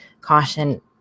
caution